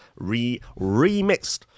Remixed